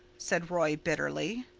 said roy bitterly.